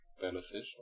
beneficial